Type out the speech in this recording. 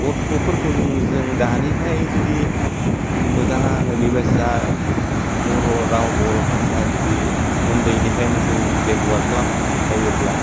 गथ'फोरखौ जोङो जों दानिफाय जुदि मोजाङै बेबायसा बर' राव बर' भासा जुदि उन्दैनिफ्रायनो जों बेब'हार खालाम होयोब्ला